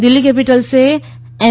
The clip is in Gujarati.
દિલ્હી કેપિટલ્સે એમ